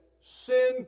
sin